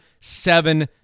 seven